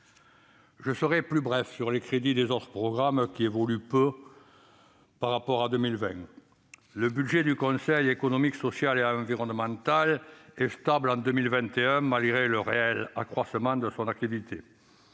Je serai plus bref sur les crédits des autres programmes, qui, dans l'ensemble, évoluent peu par rapport à 2020. Le budget du Conseil économique social et environnemental (CESE) est stable en 2021, malgré le réel accroissement de son activité.